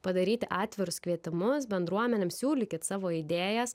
padaryti atvirus kvietimus bendruomenėms siūlykit savo idėjas